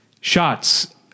shots